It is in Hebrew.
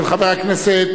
התשע"א 2011, של חבר הכנסת